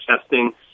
testing